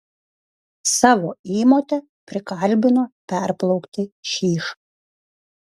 savo įmotę prikalbino perplaukti šyšą